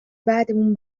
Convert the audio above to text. بعدمون